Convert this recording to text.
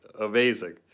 amazing